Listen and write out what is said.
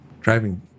driving